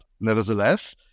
Nevertheless